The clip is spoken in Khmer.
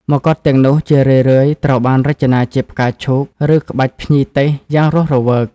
មកុដទាំងនោះជារឿយៗត្រូវបានរចនាជាផ្កាឈូក ឬក្បាច់ភ្ញីទេសយ៉ាងរស់រវើក។